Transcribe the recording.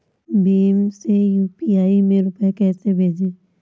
भीम से यू.पी.आई में रूपए कैसे भेजें?